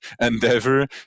endeavor